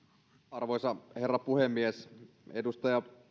arvoisa herra puhemies edustaja